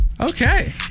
Okay